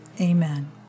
Amen